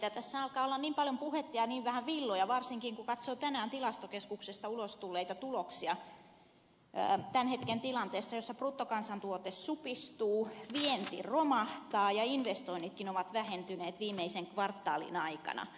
tässä alkaa olla niin paljon puhetta ja niin vähän villoja varsinkin kun katsoo tänään tilastokeskuksesta ulos tulleita tuloksia tämän hetken tilanteesta jossa bruttokansantuote supistuu vienti romahtaa ja investoinnitkin ovat vähentyneet viimeisen kvartaalin aikana